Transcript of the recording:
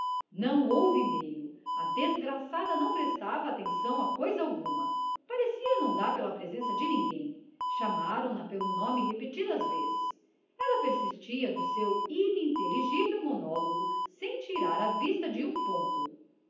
não houve meio a desgraçada não prestava atenção a coisa alguma parecia não dar pela presença de ninguém chamaram na pelo nome repetidas vezes ela persistia no seu ininteligível monólogo sem tirar a vista de um ponto